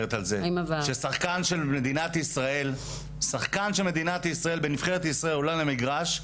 שחקן של מדינת ישראל בנבחרת ישראל עולה על המגרש,